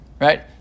Right